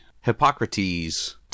Hippocrates